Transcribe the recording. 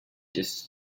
this